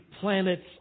planets